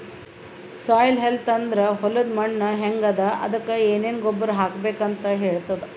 soil health ಅಂದ್ರ ಹೊಲದ್ ಮಣ್ಣ್ ಹೆಂಗ್ ಅದಾ ಅದಕ್ಕ್ ಏನೆನ್ ಗೊಬ್ಬರ್ ಹಾಕ್ಬೇಕ್ ಅಂತ್ ಹೇಳ್ತದ್